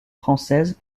française